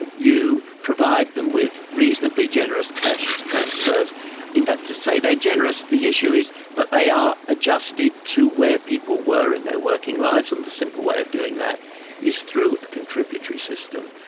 you provide them with reasonably generous cash transfers in fact, to say they're generous the issue is that they are adjusted to where people were in their working lives, and the simple way of doing that is through a contributory system.